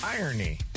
Irony